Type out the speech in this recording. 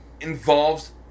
involves